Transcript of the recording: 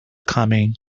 coming